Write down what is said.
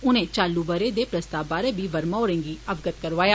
उनें चालू बरे दे प्रस्ताव बारे बी वर्मा होरें गी अवगत करोआया